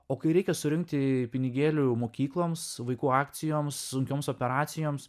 o kai reikia surinkti pinigėlių mokykloms vaikų akcijoms sunkioms operacijoms